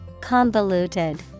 Convoluted